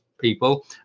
people